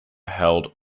held